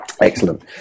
Excellent